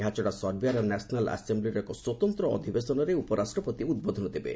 ଏହାଛଡା ସର୍ବିଆ ର ନ୍ୟାସନାଲ ଆସେମ୍ବିର ଏକ ସ୍ପତନ୍ତ୍ର ଅଧିବେଶନରେ ଉପ ରାଷ୍ଟ୍ରପତି ଉଦ୍ବୋଧନ ଦେବେ